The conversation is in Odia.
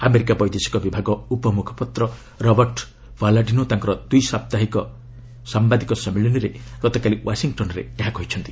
ଆମେରିକା ବୈଦେଶିକ ବିଭାଗ ଉପମୁଖପାତ୍ର ରବର୍ଟ ପାଲାଡିନୋ ତାଙ୍କର ଦ୍ୱି ସାପ୍ତାହିକ ସାମ୍ବାଦିକ ସମ୍ମିଳନୀରେ ଗତକାଲି ୱାଶିଂଟନ୍ରେ ଏହା କହିଛନ୍ତି